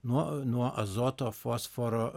nuo nuo azoto fosforo